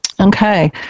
Okay